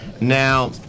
Now